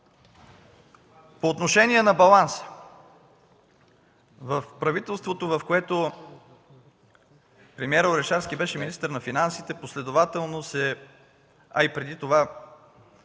По отношение на баланс. В правителството, в което премиерът Орешарски беше министър на финансите, последователно –